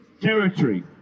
territory